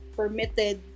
permitted